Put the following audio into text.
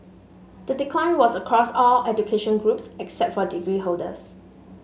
the decline was across all education groups except for degree holders